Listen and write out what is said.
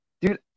Dude